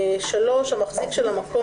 (3)המחזיק של המקום,